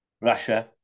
Russia